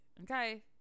okay